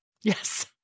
Yes